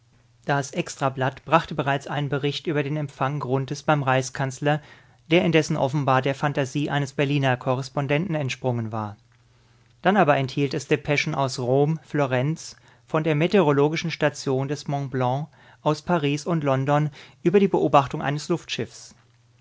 das extrablatt brachte bereits einen bericht über den empfang grunthes beim reichskanzler der indessen offenbar der phantasie eines berliner korrespondenten entsprungen war dann aber enthielt es depeschen aus rom florenz von der meteorologischen station des montblanc aus paris und london über die beobachtung eines